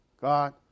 God